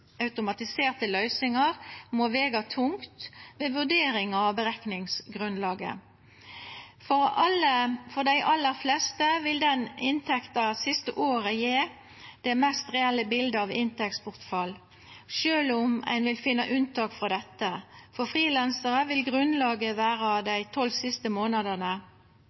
automatiserte løysingar må vega tungt ved vurderinga av berekningsgrunnlaget. For dei aller fleste vil inntekta det siste året gje det mest reelle bildet av inntektsbortfall, sjølv om ein vil finna unntak frå dette. For frilansarar vil grunnlaget vera dei tolv siste månadene.